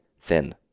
thin